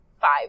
five